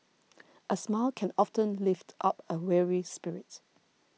a smile can often lift up a weary spirit